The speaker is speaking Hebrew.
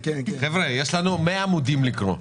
חבר'ה, יש לנו 100 עמודים לקרוא.